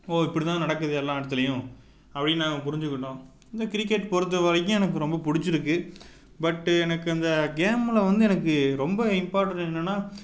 ஓ இப்படிதான் நடக்குது எல்லாம் இடத்துலையும் அப்படின்னு நாங்கள் புரிஞ்சுக்கிட்டோம் இந்த கிரிக்கெட் பொருத்த வரைக்கும் எனக்கு ரொம்ப பிடிச்சிருக்கு பட்டு எனக்கு அந்த கேம்மில் வந்து எனக்கு ரொம்ப இம்பார்ட்டன்ட் என்னன்னா